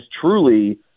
truly